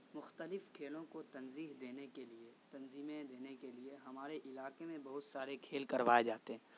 مختلف کھیلوں کو ترجیح دینے کے لیے تنظیمیں دینے کے لیے ہمارے علاقے میں بہت سارے کھیل کروائے جاتے ہیں